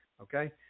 Okay